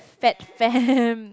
fat fam